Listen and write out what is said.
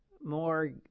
more